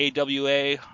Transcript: AWA